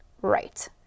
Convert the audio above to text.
Right